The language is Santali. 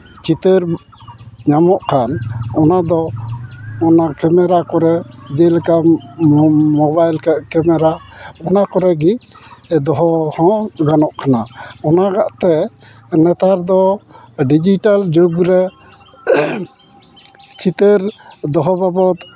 ᱪᱤᱛᱟᱹᱨ ᱧᱟᱢᱚᱜ ᱠᱷᱟᱱ ᱚᱱᱟᱫᱚ ᱚᱱᱟ ᱠᱮᱢᱮᱨᱟ ᱠᱚᱨᱮ ᱡᱮᱞᱮᱠᱟ ᱢᱳᱵᱟᱭᱤᱞ ᱠᱮᱢᱮᱨᱟ ᱚᱱᱟ ᱠᱚᱨᱮᱜᱮ ᱫᱚᱦᱚ ᱦᱚᱸ ᱜᱟᱱᱚᱜ ᱠᱟᱱᱟ ᱚᱱᱟᱜᱟᱜ ᱛᱮ ᱱᱮᱛᱟᱨ ᱫᱚ ᱰᱤᱡᱤᱴᱮᱞ ᱡᱩᱜᱽ ᱨᱮ ᱪᱤᱛᱟᱹᱨ ᱫᱚᱦᱚ ᱵᱟᱵᱚᱫ